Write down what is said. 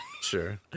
Sure